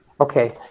Okay